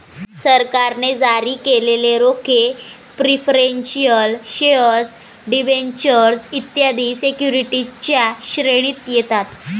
सरकारने जारी केलेले रोखे प्रिफरेंशियल शेअर डिबेंचर्स इत्यादी सिक्युरिटीजच्या श्रेणीत येतात